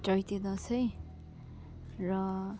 चैते दसैँ र